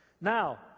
Now